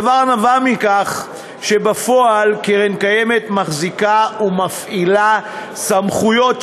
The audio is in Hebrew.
הדבר נבע מכך שבפועל קרן קיימת מחזיקה ומפעילה סמכויות,